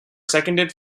seconded